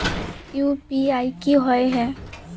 UPI की होय है?